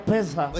Pesa